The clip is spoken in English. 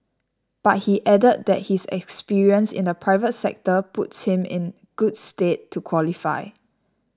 but he added that his experience in the private sector puts him in good stead to qualify